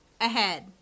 ahead